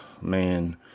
man